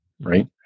right